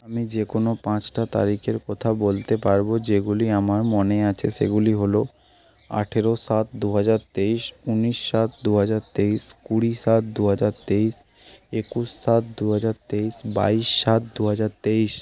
আমি যে কোনো পাঁচটা তারিখের কথা বলতে পারবো যেগুলি আমার মনে আছে সেগুলি হলো আঠেরো সাত দু হাজার তেইশ উনিশ সাত দু হাজার তেইশ কুড়ি সাত দু হাজার তেইশ একুশ সাত দু হাজার তেইশ বাইশ সাত দু হাজার তেইশ